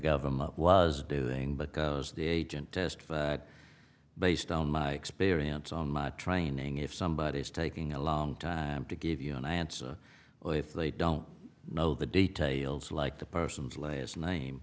government was doing because the agent asked for it based on my experience on training if somebody is taking a long time to give you an answer or if they don't know the details like the person's last name